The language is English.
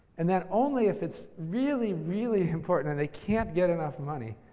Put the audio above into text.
and then, only if it's really, really important and they can't get enough money,